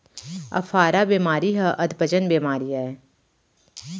अफारा बेमारी हर अधपचन बेमारी अय